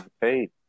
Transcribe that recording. paid